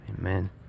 Amen